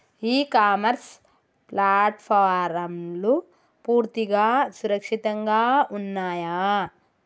ఇ commerce ప్లాట్ఫారమ్లు పూర్తిగా సురక్షితంగా ఉన్నయా?